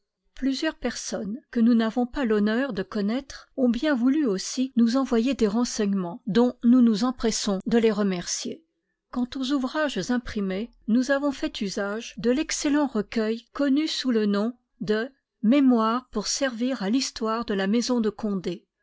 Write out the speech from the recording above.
plusieurs personnes que nous n'avons pas l'honneur de connoître ont bien voulu aussi nous envoyer des renseignemens dont nous nous empressons de les remercier quant aux ouvrages imprimés nous avons fait usage de l'excellent recueil connu sous le nom de mémoires pour serçir à vhistoire de la maison de condé